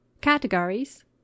categories